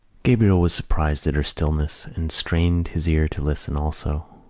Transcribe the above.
gabriel was surprised at her stillness and strained his ear to listen also.